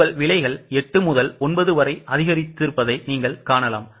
உங்கள் விலைகள் 8 முதல் 9 வரை அதிகரித்திருப்பதை நீங்கள் காணலாம்